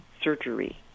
surgery